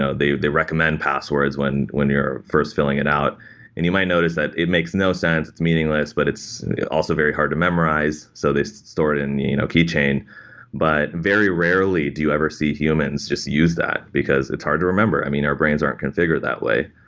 they they recommend passwords when when you're first filling it out and you might notice that it makes no sense, it's meaningless, but it's also very hard to memorize, so they store it in a you know keychain. but very rarely do you ever see humans just use that, because it's hard to remember. our brains aren't configured that way.